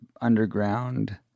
underground